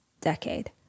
decade